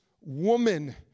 woman